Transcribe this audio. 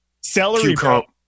celery